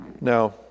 Now